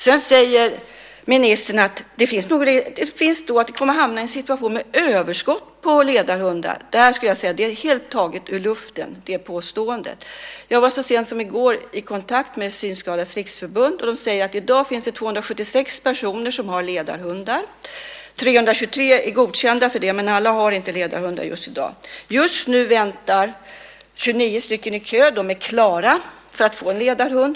Sedan säger ministern att vi kommer att hamna i en situation med överskott på ledarhundar. Det påståendet är helt taget ur luften. Jag var så sent som i går i kontakt med Synskadades Riksförbund. De säger att det i dag finns 276 personer som har ledarhundar. Det är 323 personer som är godkända för det, men alla har inte ledarhundar just i dag. Just nu väntar 29 personer i kö. De är klara för att få en ledarhund.